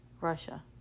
Russia